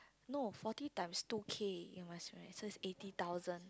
no forty times two K you must so it's eighty thousand